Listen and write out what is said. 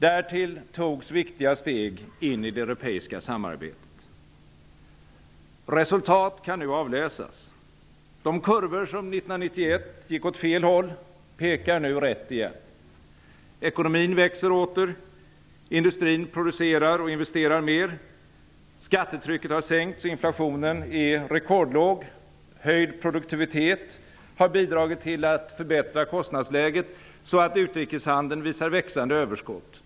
Därtill togs viktiga steg in i det europeiska samarbetet. Resultat kan nu avläsas. De kurvor som 1991 gick åt fel håll pekar nu rätt igen. Ekonomin växer åter. Industrin producerar och investerar mer. Skattetrycket har sänkts, och inflationen är rekordlåg. Höjd produktivitet har bidragit till att förbättra kostnadsläget, så att utrikeshandeln visar växande överskott.